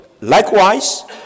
likewise